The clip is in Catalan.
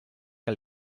que